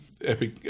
epic